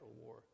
war